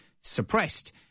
suppressed